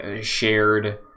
shared